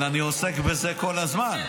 אבל אני עוסק בזה כל הזמן.